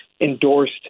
endorsed